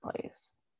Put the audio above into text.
place